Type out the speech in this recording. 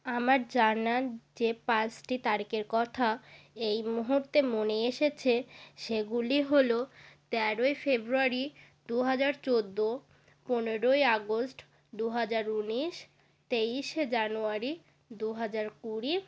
আমার জানার যে পাঁচটি তারিখের কথা এই মুহুর্তে মনে এসেছে সেগুলি হলো তেরোই ফেব্রুয়ারি দুহাজার চোদ্দো পনোরই আগস্ট দু হাজার উনিশ তেইশে জানুয়ারি দু হাজার কুড়ি